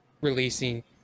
releasing